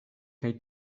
kaj